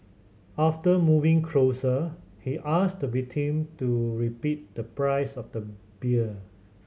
after moving closer he asked the victim to repeat the price of the beer